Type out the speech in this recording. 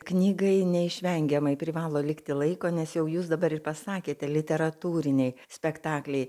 knygai neišvengiamai privalo likti laiko nes jau jūs dabar ir pasakėte literatūriniai spektakliai